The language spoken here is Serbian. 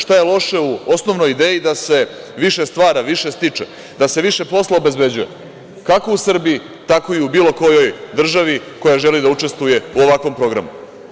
Šta je loše u osnovnoj ideji da se više stvara, više stiče, da se više posla obezbeđuje, kako u Srbiji, tako i u bilo kojoj državi koja želi da učestvuje u ovakvom programu?